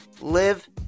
Live